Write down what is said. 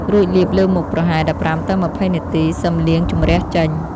រួចលាបលើមុខប្រហែល ១៥ ទៅ ២០ នាទី សឹមលាងជម្រះចេញ។